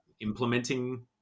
implementing –